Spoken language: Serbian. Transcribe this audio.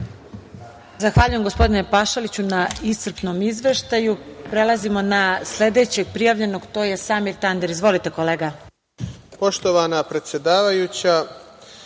Zahvaljujem, gospodine Pašaliću, na iscrpnom izveštaju. Prelazimo na sledećeg prijavljenog, to je Samir Tandir. Izvolite.